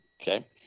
Okay